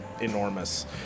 enormous